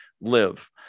live